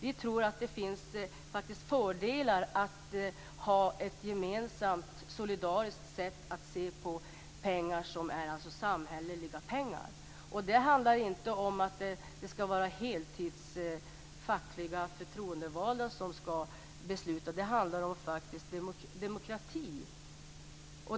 Vi tror att det finns fördelar att ha ett gemensamt solidariskt sätt att se på samhälleliga pengar. Det handlar inte om att det skall vara heltidsanställda fackliga förtroendevalda som skall fatta beslut, det handlar om demokrati.